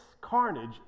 carnage